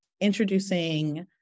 introducing